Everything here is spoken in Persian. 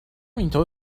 اینطور